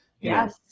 yes